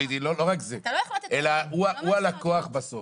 לא רק זה, הוא הלקוח בסוף.